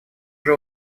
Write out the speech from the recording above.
уже